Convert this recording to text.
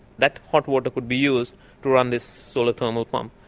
that hot water could be used to run this solar thermal pump.